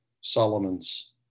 Solomon's